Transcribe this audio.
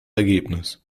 ergebnis